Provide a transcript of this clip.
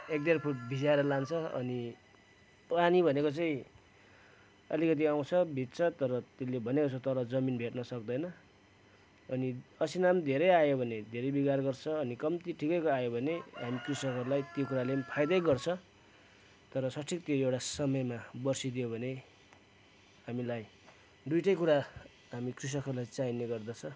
एक डेढ फुट भिजाएर लान्छ अनि पानी भनेको चाहिँ अलिकति आउँछ भिज्छ तर त्यसले भनेको जस्तो तल जमिन भेट्न सक्दैन अनि असिना पनि धेरै आयो भने धेरै बिगार गर्छ अनि कम्ती ठिकैको आयो भने हामी कृषकहरूलाई त्यो कुराले फाइदै गर्छ तर सठिक त्यो एउटा समयमा बर्सिदियो भने हामीलाई दुइटै कुरा हामी कृषकहरूलाई चाहिने गर्दछ